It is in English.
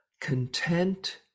content